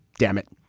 damn it.